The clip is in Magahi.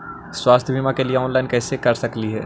स्वास्थ्य बीमा के लिए ऑनलाइन कैसे कर सकली ही?